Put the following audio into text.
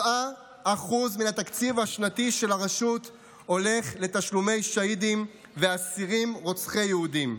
7% מן התקציב השנתי של הרשות הולך לתשלומי שהידים ואסירים רוצחי יהודים.